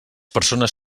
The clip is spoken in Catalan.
persones